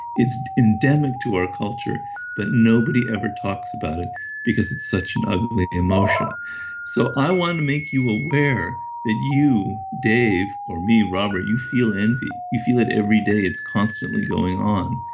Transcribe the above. it's endemic to our culture that nobody ever talks about it because it's such an ugly emotion so i want to make you aware that you dave or me robert you feel envy, you feel it every day. it's constantly going on.